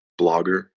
blogger